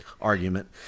argument